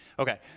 Okay